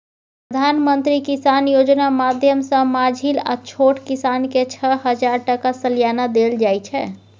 प्रधानमंत्री किसान योजना माध्यमसँ माँझिल आ छोट किसानकेँ छअ हजार टका सलियाना देल जाइ छै